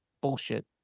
Bullshit